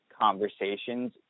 conversations